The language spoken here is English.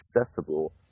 accessible